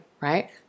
right